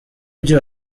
byo